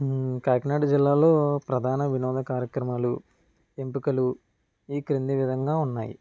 కాకినాడ జిల్లాలో ప్రధాన వినోద కార్యక్రమాలు ఎంపికలు ఈ క్రింది విధంగా ఉన్నాయి